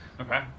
Okay